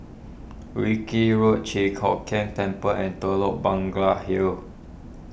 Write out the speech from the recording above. Wilkie Road Chi Kock Keng Temple and Telok Bangla Hill